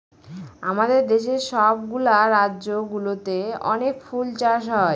আমাদের দেশের সব গুলা রাজ্য গুলোতে অনেক ফুল চাষ হয়